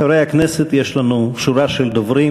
חברי הכנסת, יש לנו שורה של דוברים.